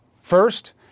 First